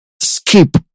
skip